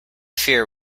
fear